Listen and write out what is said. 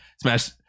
smash